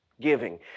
giving